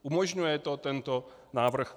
Umožňuje to tento návrh?